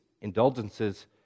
Indulgences